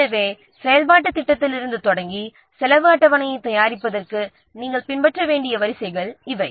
எனவே செயல்பாட்டுத் திட்டத்திலிருந்து தொடங்கி செலவு அட்டவணையைத் தயாரிப்பதற்கு நாம் பின்பற்ற வேண்டிய வரிசைகள் இவை